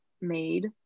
made